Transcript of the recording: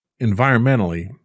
environmentally